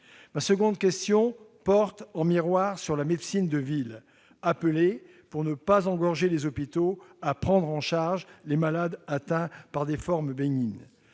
Ma seconde question porte, en miroir, sur la médecine de ville, appelée, pour ne pas engorger les hôpitaux, à prendre en charge les malades atteints par des formes bénignes.